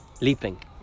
leaping